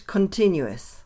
Continuous